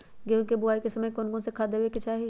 गेंहू के बोआई के समय कौन कौन से खाद देवे के चाही?